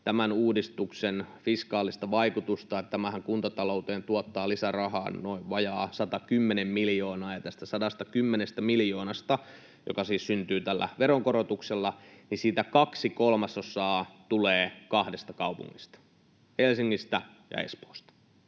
tämän uudistuksen fiskaalista vaikutusta. Tämähän kuntatalouteen tuottaa lisärahaa vajaat 110 miljoonaa, ja tästä 110 miljoonasta, joka siis syntyy tällä veronkorotuksella, kaksi kolmasosaa tulee kahdesta kaupungista: Helsingistä ja Espoosta.